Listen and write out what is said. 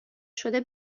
شده